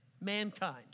mankind